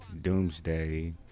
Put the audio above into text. Doomsday